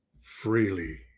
freely